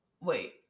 wait